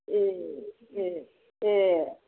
ए ए ए